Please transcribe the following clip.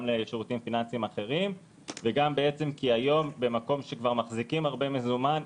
והיום במקום שכבר מחזיקים הרבה מזומן,